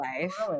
life